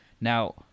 Now